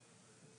ובקרה.